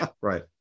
right